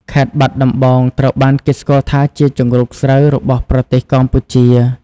ខេត្តបាត់ដំបង ត្រូវបានគេស្គាល់ថាជាជង្រុកស្រូវរបស់ប្រទេសកម្ពុជា។